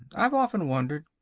i've often wondered.